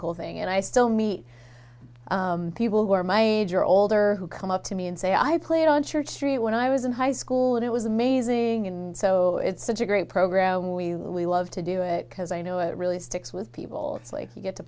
cool thing and i still meet people who are my age or older who come up to me and say i played on church street when i was in high school and it was amazing and so it's such a great program we really love to do it because i know it really sticks with people it's like you get to